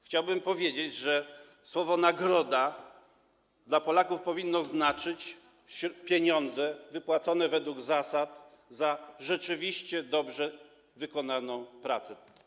Chciałbym powiedzieć, że słowo „nagroda” dla Polaków powinno znaczyć pieniądze wypłacone według zasad za rzeczywiście dobrze wykonaną pracę.